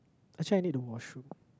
actually I need the washroom